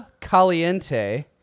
Caliente